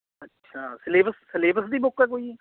ਅੱਛਾ syllabus syllabus ਦੀ book ਆ ਕੋਈ